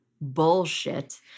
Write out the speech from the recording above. bullshit